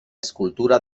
escultura